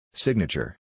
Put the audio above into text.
Signature